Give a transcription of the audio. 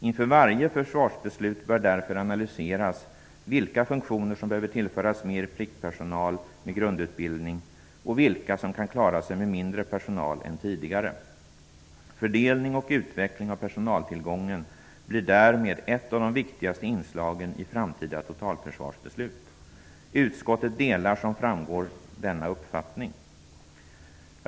Inför varje försvarsbeslut bör man därför analysera vilka funktioner som behöver tillföras mer pliktpersonal med grundutbildning och vilka som kan klara sig med mindre personal än tidigare. Fördelning och utveckling av personaltillgången blir därmed ett av de viktigaste inslagen i framtida totalförsvarsbeslut. Utskottet delar, som framgår, denna uppfattning.